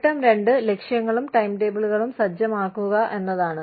ഘട്ടം രണ്ട് ലക്ഷ്യങ്ങളും ടൈംടേബിളുകളും സജ്ജമാക്കുക എന്നതാണ്